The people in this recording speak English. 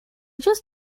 just